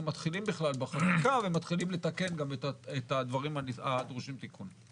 מתחילים בכלל בחקיקה ומתחילים לתקן את הדברים הדרושים תיקון.